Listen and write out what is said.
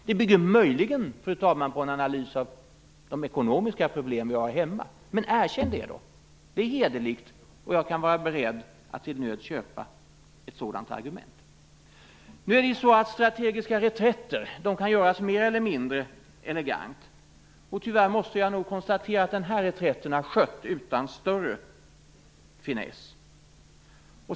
Det bygger möjligen, fru talman, på en analys av de ekonomiska problem som vi har hemma. Men erkänn då detta! Det är hederligt, och jag kan vara beredd att till nöds köpa ett sådant argument. Strategiska reträtter kan göras mer eller mindre elegant. Tyvärr måste jag konstatera att denna reträtt har skett utan större finess.